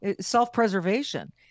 self-preservation